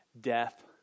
death